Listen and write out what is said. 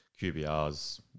QBRs